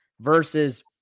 versus